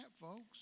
folks